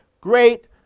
great